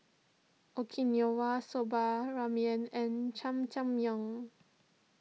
Okinawa Soba Ramen and Jajangmyeon